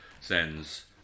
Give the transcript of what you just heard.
sends